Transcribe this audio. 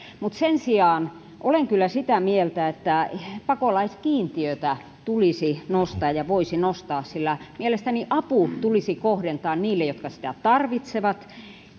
mutta sen sijaan olen kyllä sitä mieltä että pakolaiskiintiötä tulisi nostaa ja voisi nostaa sillä mielestäni apu tulisi kohdentaa niille jotka sitä tarvitsevat